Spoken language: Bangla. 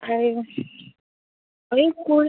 এই এই কুড়ি